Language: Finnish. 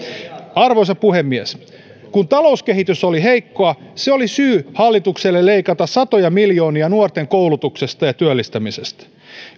arvoisa puhemies kun talouskehitys oli heikkoa se oli syy hallitukselle leikata satoja miljoonia nuorten koulutuksesta ja työllistämisestä